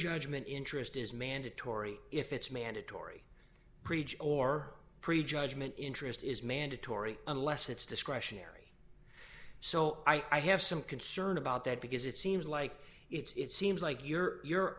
judgment interest is mandatory if it's mandatory breach or pre judgment interest is mandatory unless it's discretionary so i have some concern about that because it seems like it's seems like your